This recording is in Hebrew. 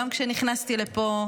גם כשנכנסתי לפה,